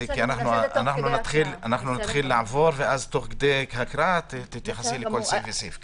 כי אנחנו נתחיל לעבור ואז תוך כדי הקראה תתייחסי לכל סעיף וסעיף.